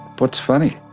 what's funny?